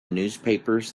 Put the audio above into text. newspapers